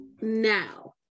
now